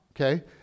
okay